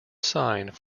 signed